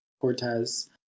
Cortez